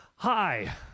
hi